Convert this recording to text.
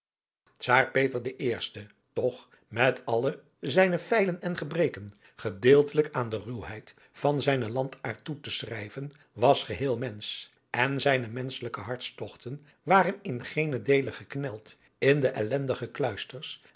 peter de i toch met alle zijne seilen en gebreken gedeeltelijk aan de ruwheid van zijnen landaard toe te schrijven was geheel mensch en zijne menschelijke hartstogten waren in geenen deele gekneld in de ellendige kluisters